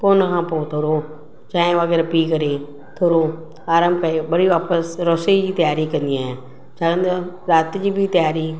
पोइ हुन खां पोइ थोरो चाहिं वग़ैरह पी करे थोरो आरामु करे वरी वापसि रसोईअ जी तयारी कंदी आहियां छा हूंदो आहे राति जी बि तयारी